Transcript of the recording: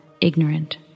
ignorant